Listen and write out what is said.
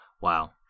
Wow